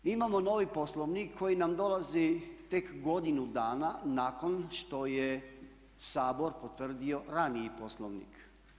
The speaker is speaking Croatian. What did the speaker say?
Mi imamo novi poslovnik koji nam dolazi tek godinu dana nakon što je Sabor potvrdio raniji poslovnik.